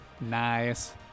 Nice